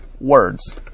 words